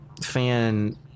fan